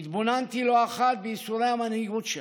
התבוננתי לא אחת בייסורי המנהיגות שלו,